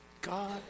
God